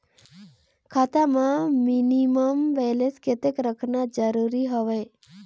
खाता मां minimum balance कतेक रखना जरूरी हवय?